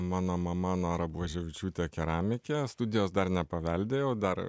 mano mama nora buoževičiūtė keramikė studijos dar nepaveldėjau dar